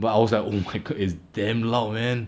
but I was like oh my god is damn loud man